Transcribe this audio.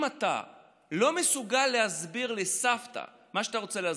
אם אתה לא מסוגל להסביר לסבתא מה שאתה רוצה להסביר,